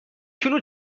کیلو